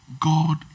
God